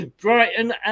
Brighton